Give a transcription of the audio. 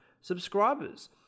subscribers